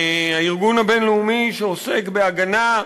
הארגון הבין-לאומי שעוסק בהגנה,